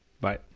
Bye